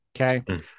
Okay